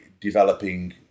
developing